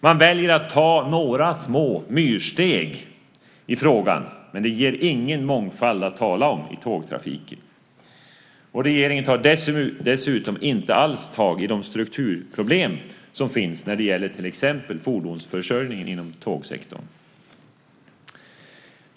Man väljer att ta några små myrsteg i frågan, men det ger ingen mångfald att tala om i tågtrafiken. Dessutom tar regeringen inte alls tag i de strukturproblem som finns när det gäller till exempel fordonsförsörjningen inom tågsektorn.